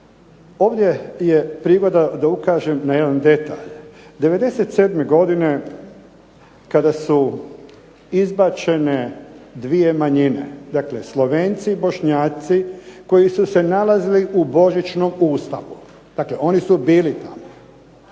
ovdje je prigoda da ukažem na jedan detalj, '97. godine kada su izbačene dvije manjine, dakle Slovenci i Bošnjaci koji su se nalazili u božićnom Ustavu, dakle oni su bili tamo,